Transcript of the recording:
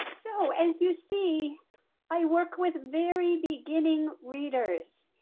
so as you see i work with very beginning readers.